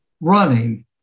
running